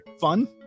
fun